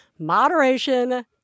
Moderation